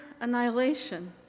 annihilation